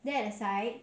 that aside